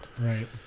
right